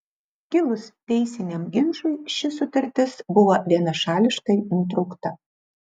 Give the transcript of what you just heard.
kilus teisiniam ginčui ši sutartis buvo vienašališkai nutraukta